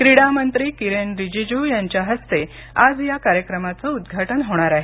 क्रीडा मंत्री किरेन रिजिजू यांच्या हस्ते आज या कार्यक्रमाचं उद्घाटन होणार आहे